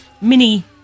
mini